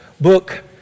book